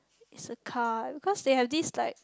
is a car because they have this like